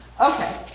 Okay